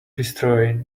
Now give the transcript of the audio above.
destroy